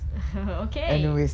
okay